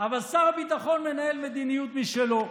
אבל שר הביטחון מנהל מדיניות משלו.